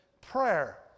prayer